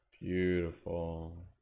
Beautiful